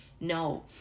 No